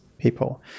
People